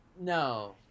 No